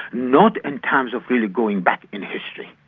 not in terms of really going back in history.